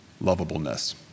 lovableness